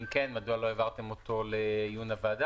אם כן, מדוע לא העברתם לעיון הוועדה?